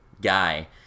guy